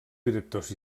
directors